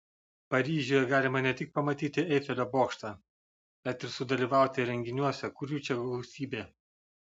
paryžiuje galima ne tik pamatyti eifelio bokštą bet ir sudalyvauti renginiuose kurių čia gausybė